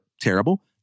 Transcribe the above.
terrible